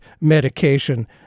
medication